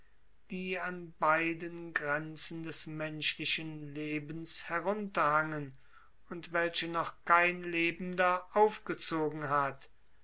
die an beiden grenzen des menschlichen lebens herunterhangen und welche noch kein lebender aufgezogen hat